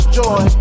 joy